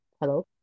Hello